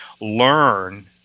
learn